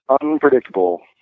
unpredictable